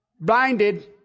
Blinded